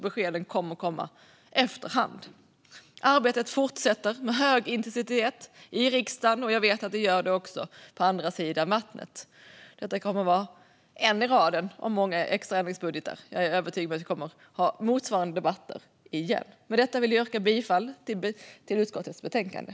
Besked kommer att komma efter hand. Arbetet fortsätter med hög intensitet i riksdagen. Jag vet att det också gör det på andra sidan vattnet. Detta kommer att vara en i raden av en av många extra ändringsbudgetar. Jag är övertygad om att vi kommer att ha motsvarande debatter igen. Med detta yrkar jag bifall till utskottets förslag i betänkandet.